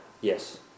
Yes